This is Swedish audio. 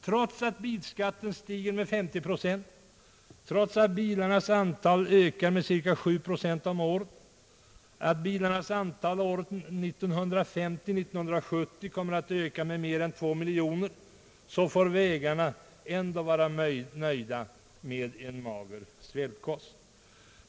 Trots att bilskatten stiger med 50 procent, trots att bilarnas antal ökar med cirka 7 procent om året och under åren 1950—1970 kommer att öka med mer än 2 miljoner, får vägarna ändå vara nöjda med en mager svältkost.